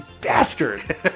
bastard